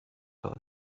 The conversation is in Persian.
تازه